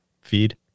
feed